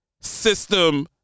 system